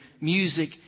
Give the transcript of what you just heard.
music